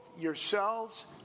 yourselves